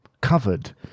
covered